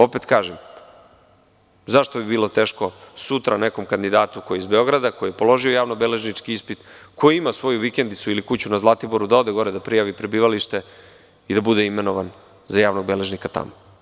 Opet kažem, zašto bi bilo teško sutra nekom kandidatu koji je iz Beograd, koji je položio javno beležnički ispit, koji ima svoju vikendicu ili kuću na Zlatiboru, da ode gore da prijavi prebivalište i da bude imenovan za javnog beležnika tamo.